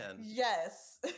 Yes